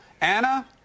Anna